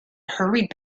hurried